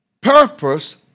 Purpose